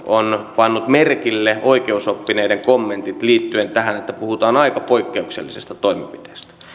on pannut merkille oikeusoppineiden kommentit liittyen tähän että puhutaan aika poikkeuksellisesta toimenpiteestä